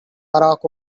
barack